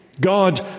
God